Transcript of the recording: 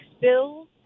bills